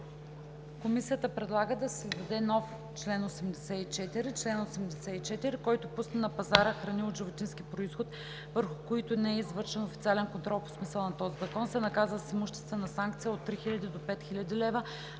Комисията предлага да се създаде нов чл. 84: „Чл. 84. Който пусне на пазара храни от животински произход, върху които не е извършен официален контрол по смисъла на този закон, се наказва с имуществена санкция от 3000 до 5000 лв.,